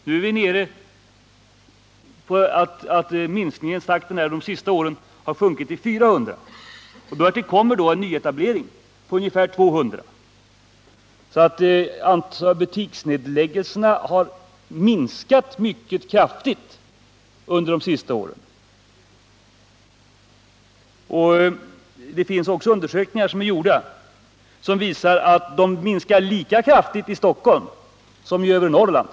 De senaste åren har antalet nedläggningar sjunkit till 400. Därtill kommer nyetableringar av ungefär 200 företag. Det finns också undersökningar som visar att antalet butiker minskar lika kraftigt i Stockholm som i övre Norrland.